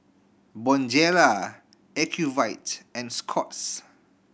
Bonjela Ocuvite and Scott's